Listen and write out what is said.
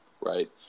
Right